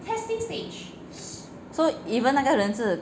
so even 那个人是